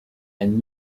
and